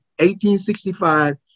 1865